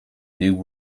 new